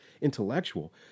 intellectual